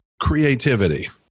creativity